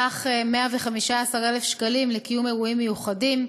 בסך 115,000 שקלים לקיום אירועים מיוחדים.